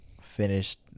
finished